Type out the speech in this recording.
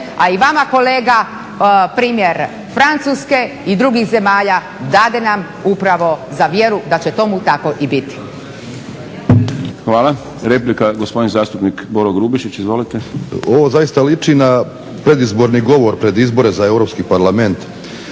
a i vama kolega primjer Francuske i drugih zemalja dade nam upravo za vjeru da će tomu tako i biti. **Šprem, Boris (SDP)** Hvala. Replika gospodin zastupnik Boro Grubišić, izvolite. **Grubišić, Boro (HDSSB)** Ovo zaista liči na predizborni govor pred izbore za Europski parlament